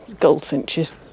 goldfinches